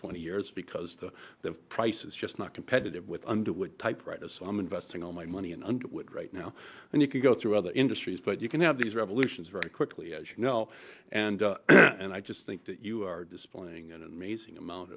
twenty years because the price is just not competitive with underwood typewriter so i'm investing all my money and right now and you can go through other industries but you can have these revolutions very quickly as you know and and i just think that you are displaying an amazing amount